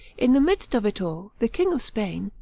in the midst of it all, the king of spain,